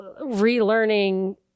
relearning